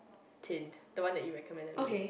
tint that one that you recommended me